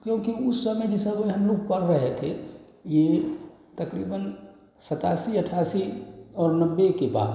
क्योंकि उस समय जिस समय में हमलोग पढ़ रहे थे यह तक़रीबन सतासी अठासी और नब्बे के बाद